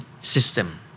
system